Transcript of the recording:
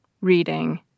reading